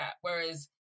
Whereas